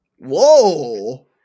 Whoa